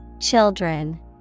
Children